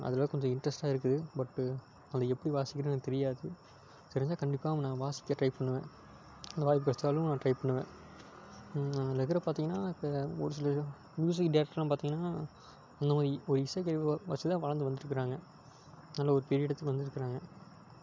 அதலாம் கொஞ்சம் இன்ட்ரஸ்ட்டாக இருக்குது பட்டு அது எப்படி வாசிக்கிறதுன்னு எனக்கு தெரியாது தெரிஞ்சால் கண்டிப்பாக நான் வாசிக்க ட்ரை பண்ணுவேன் அந்த வாய்ப்பு கிடைச்சாலும் நான் ட்ரை பண்ணுவேன் அதில் இருக்கிறது பார்த்திங்கன்னா இப்போ ஒரு சிலர்லாம் மியூசிக் டேரெக்டர்லாம் பாத்திங்கன்னா அந்தமாதிரி ஒரு இசைக் கருவி வாசித்துத்தான் வாழ்ந்து வந்துட்டுருக்கிறாங்க நல்ல ஒரு பெரிய இடத்துக்கு வந்திருக்காங்க